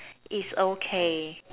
it's okay